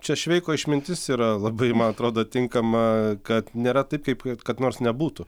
čia šveiko išmintis yra labai man atrodo tinkama kad nėra taip kaip kad nors nebūtų